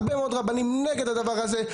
הרבה מאוד רבנים נגד הדבר הזה.